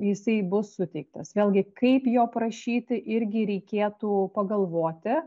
jisai bus suteiktas vėlgi kaip jo prašyti irgi reikėtų pagalvoti